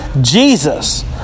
Jesus